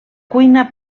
cuina